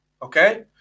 Okay